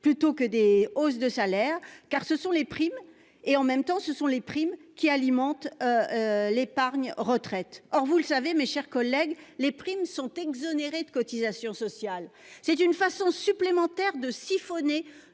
plutôt que des hausses de salaire, car ce sont les primes qui alimentent les plans d'épargne retraite ». Or, vous le savez, mes chers collègues, les primes sont exonérées de cotisations sociales. C'est une façon supplémentaire de siphonner